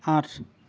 আঠ